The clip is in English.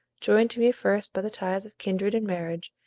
joined to me first by the ties of kindred and marriage,